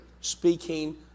Speaking